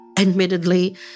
Admittedly